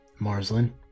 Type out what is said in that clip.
Marslin